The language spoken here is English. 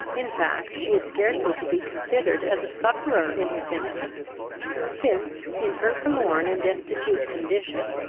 in fact, she is scarcely to be considered as a sufferer in this instance since, in her forlorn and destitute condition,